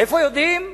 איפה יודעים?